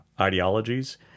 ideologies